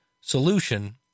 solution